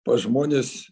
pas žmones